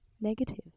Negative